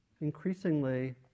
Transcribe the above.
increasingly